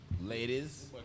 Ladies